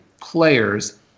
players